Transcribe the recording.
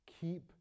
Keep